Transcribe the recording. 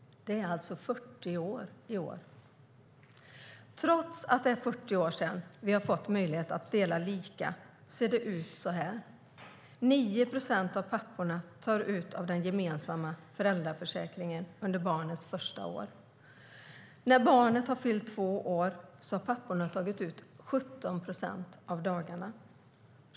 Det är alltså 40 år sedan i år. Trots att det var 40 år sedan vi fick möjlighet att dela lika ser det ut på följande sätt. 9 procent av papporna tar ut av den gemensamma föräldraförsäkringen under barnets första år. När barnet har fyllt två år har papporna tagit ut 17 procent av dagarna.